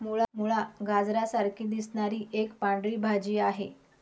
मुळा, गाजरा सारखी दिसणारी एक पांढरी भाजी आहे